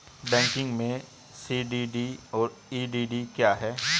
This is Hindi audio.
बैंकिंग में सी.डी.डी और ई.डी.डी क्या हैं?